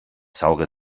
saure